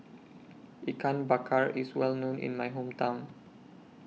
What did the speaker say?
Ikan Bakar IS Well known in My Hometown